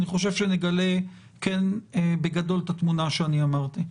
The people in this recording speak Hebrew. אני חושב שנגלה כן בגדול את התמונה שאני אמרתי.